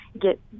get